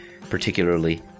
particularly